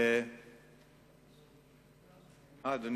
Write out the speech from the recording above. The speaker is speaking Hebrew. אדוני